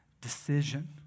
decision